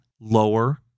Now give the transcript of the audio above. Lower